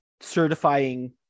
certifying